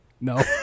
No